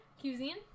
cuisine